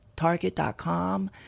Target.com